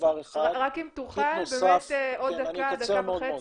אם תוכל עוד דקה- דקה וחצי,